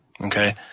Okay